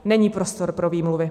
Není prostor pro výmluvy.